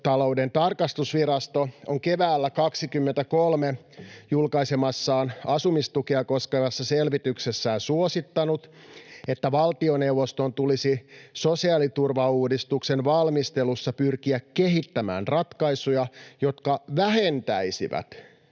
Valtiontalouden tarkastusvirasto on keväällä 23 julkaisemassaan asumistukea koskevassa selvityksessään suosittanut, että valtioneuvoston tulisi sosiaaliturvauudistuksen valmistelussa pyrkiä kehittämään ratkaisuja, jotka vähentäisivät